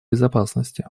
безопасности